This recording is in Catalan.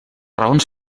raons